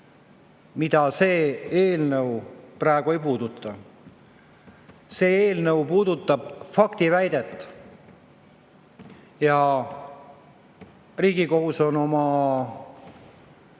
Seda see eelnõu praegu ei puuduta. See eelnõu puudutab faktiväidet. Riigikohus on oma